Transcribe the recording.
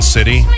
City